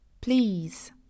Please